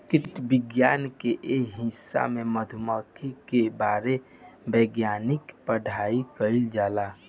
कीट विज्ञान के ए हिस्सा में मधुमक्खी के बारे वैज्ञानिक पढ़ाई कईल जाला